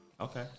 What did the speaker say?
Okay